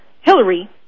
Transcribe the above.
Hillary